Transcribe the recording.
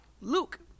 luke